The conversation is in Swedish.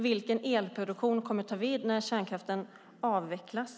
Vilken elproduktion kommer att ta vid när kärnkraften avvecklas?